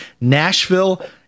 Nashville